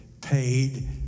paid